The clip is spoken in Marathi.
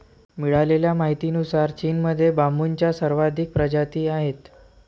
मिळालेल्या माहितीनुसार, चीनमध्ये बांबूच्या सर्वाधिक प्रजाती आहेत